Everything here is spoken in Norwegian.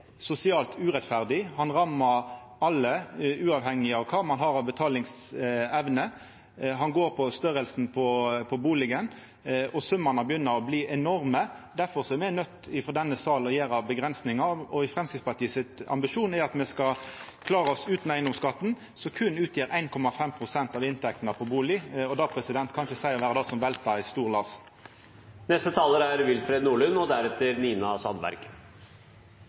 sosialt urettferdig, han rammar alle, uavhengig av kva ein har av betalingsevne. Han går på storleiken på bustaden, og summane begynner å bli enorme. Difor er me frå denne salen nøydde til å gjera avgrensingar. Ambisjonen til Framstegspartiet er at me skal klara oss utan eigedomsskatten, som berre utgjer 1,5 pst. av inntektene på bustad. Det kan ikkje vera det som veltar eit stort lass.